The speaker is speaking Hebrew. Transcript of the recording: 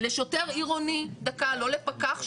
לשוטר עירוני, לא לפקח.